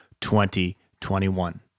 2021